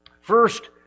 first